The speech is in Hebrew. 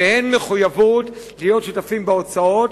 והן מחויבות להיות שותפים בהוצאות,